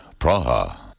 Praha